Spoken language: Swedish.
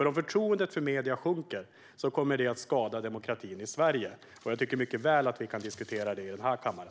Om förtroendet för medierna sjunker kommer det att skada demokratin i Sverige. Jag tycker att vi mycket väl kan diskutera det i den här kammaren.